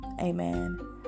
amen